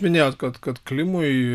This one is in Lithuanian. minėjot kad kad klimui